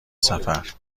سفر